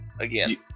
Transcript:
Again